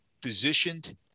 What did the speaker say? positioned